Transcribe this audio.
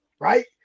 right